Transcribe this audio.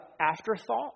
afterthought